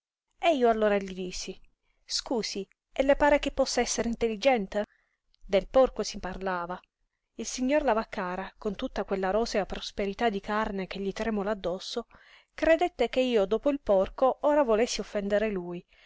e io allora gli dissi scusi e le pare che possa essere intelligente del porco si parlava il signor lavaccara con tutta quella rosea prosperità di carne che gli tremola addosso credette che io dopo il porco ora volessi offendere lui